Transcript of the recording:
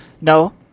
no